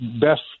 best